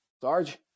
Sarge